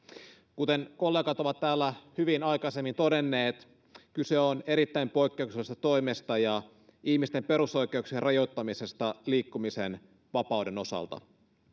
kuten kollegat ovat täällä hyvin aikaisemmin todenneet kyse on erittäin poikkeuksellisesta toimesta ja ihmisten perusoikeuksien rajoittamisesta liikkumisen vapauden osalta